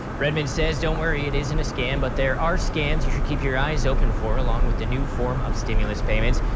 riedman says, don't worry it isn't a scam. but there are scams you should keep your eyes open for, along with the new form of stimulus payments.